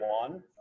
one